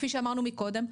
כפי שאמרנו מקודם,